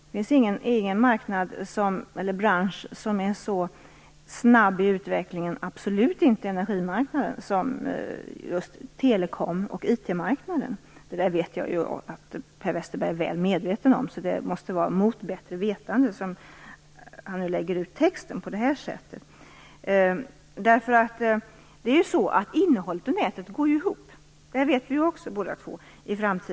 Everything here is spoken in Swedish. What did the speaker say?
Det finns ingen bransch som är så snabb i utvecklingen som just telekom och IT-marknaderna, och energimarknaden är det absolut inte. Det vet jag ju att Per Westerberg är väl medveten om. Det måste vara mot bättre vetande som han nu lägger ut texten på det här sättet. Innehållet och nätet går ju ihop i framtiden. Det vet vi också båda två.